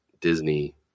disney